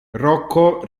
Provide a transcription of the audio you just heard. rocco